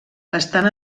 estan